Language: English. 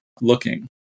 looking